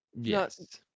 yes